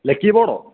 lucky ബോർഡോ